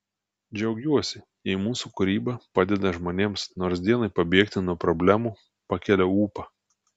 džiaugiuosi jei mūsų kūryba padeda žmonėms nors dienai pabėgti nuo problemų pakelia ūpą